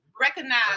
recognize